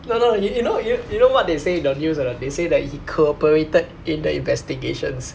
no no yo~ you know you you know what they say in the news or not they say that he cooperated in the investigations